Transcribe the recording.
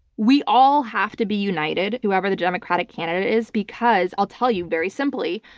we all have to be united, whoever the democratic candidate is, because i'll tell you very simply,